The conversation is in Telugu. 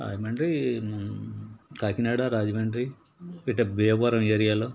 రాజమండ్రి కాకినాడ రాజమండ్రి ఇలా భీమవరం ఏరియాలో